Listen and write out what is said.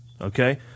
Okay